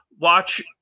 watch